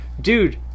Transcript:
Dude